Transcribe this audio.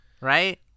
Right